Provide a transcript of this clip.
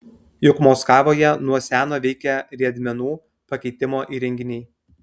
juk mockavoje nuo seno veikia riedmenų pakeitimo įrenginiai